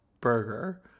burger